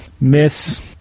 miss